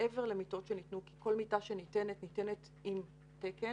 מעבר למיטות שניתנו כי כל מיטה שניתנת ניתנת עם תקן